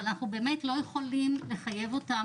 אבל אנחנו באמת לא יכולים לחייב אותן